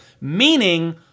meaning